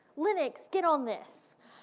linux, get on this.